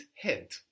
head